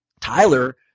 Tyler